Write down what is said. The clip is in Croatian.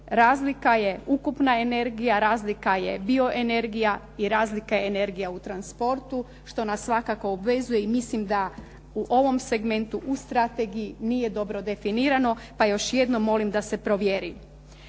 razlika je ukupna energija, razlika je bioenergija i razlika je energija u transportu što nas svakako obvezuje i mislim da u ovom segmentu u strategiji nije dobro definirano, pa još jednom molim da se provjeri.